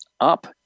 up